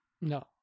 No